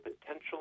potential